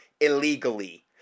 illegally